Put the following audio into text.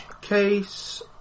case